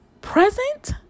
Present